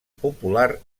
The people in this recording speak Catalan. popular